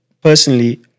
personally